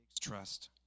trust